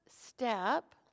step